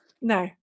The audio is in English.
No